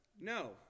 no